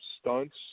stunts